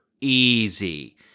easy